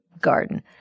garden